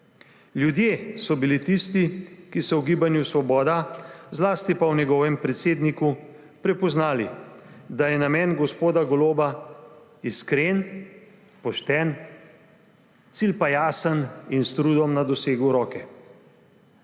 Ljudje so bili tisti, ki so v Gibanju Svoboda, zlasti pa v njegovem predsedniku prepoznali, da je namen gospoda Goloba iskren, pošten, cilj pa jasen in s trudom na dosegu roke.